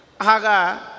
Aga